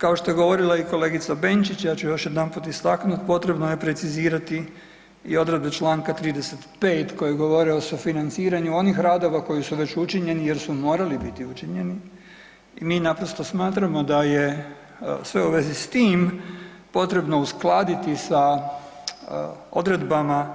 Kao što je govorila i kolegica Benčić, ja ću još jedanput istaknut, potrebno je precizirati i odredbe čl. 35. koje govore o sufinanciranju onih radova koji su već učinjeni jer su morali biti učinjeni i mi naprosto smatramo da je sve u vezi s tim potrebno uskladiti sa odredbama,